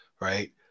right